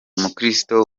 mukristo